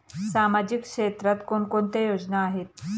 सामाजिक क्षेत्रात कोणकोणत्या योजना आहेत?